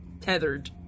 tethered